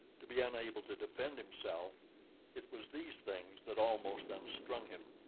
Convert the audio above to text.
to be unable to defend himself it was these things that almost unstrung him,